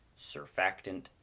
surfactant